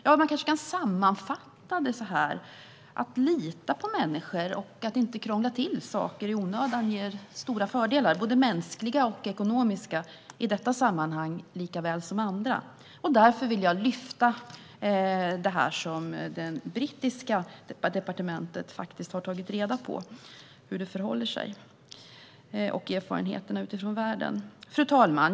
Kanske kan man sammanfatta det så här: Att lita på människor och att inte krångla till saker i onödan ger stora fördelar, både mänskliga och ekonomiska, i detta sammanhang lika väl som andra. Därför vill jag lyfta fram det som det brittiska departementet har tagit reda på och erfarenheterna av hur det ser ut runt om i världen. Fru talman!